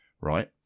right